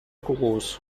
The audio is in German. groß